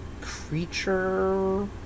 creature